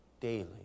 daily